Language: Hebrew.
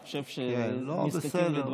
הסוגיות הכל-כך חשובות הכלכליות והחברתיות האלה,